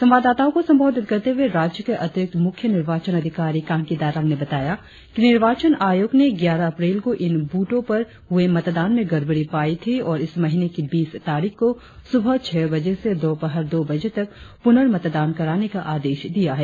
संवाददाताओं को संबोधित करते हुए राज्य के अतिरिक्त मुख्य निर्वाचन अधिकारी कांकी दारांग ने बताया कि निर्वाचन आयोग ने ग्यारह अप्रैल को इन बूथों पर हुए मतदान में गड़बड़ी पाई थी और इस महीने की बीस तारीख को सुबह छह बजे से दोपहर दो बजे तक पुनर्मतदान कराने का आदेश दिया है